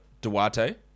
Duarte